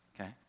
okay